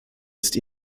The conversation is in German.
ist